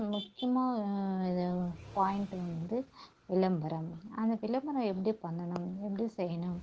முக்கியமாக இது பாயிண்ட் வந்து விளம்பரம் அந்த விளம்பரம் எப்படி பண்ணணும் எப்படி செய்யணும்